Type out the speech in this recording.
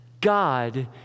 God